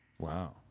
Wow